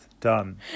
Done